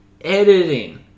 editing